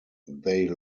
they